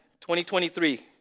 2023